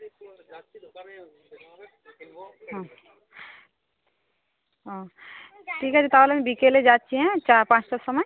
ও ঠিক আছে তাহলে বিকেলে যাচ্ছি হ্যাঁ চা পাঁচটার সময়